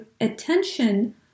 attention